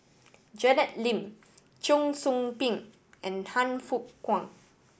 Janet Lim Cheong Soo Pieng and Han Fook Kwang